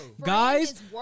guys